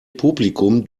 publikum